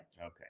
Okay